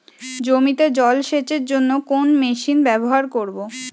জমিতে জল সেচের জন্য কোন মেশিন ব্যবহার করব?